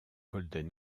golden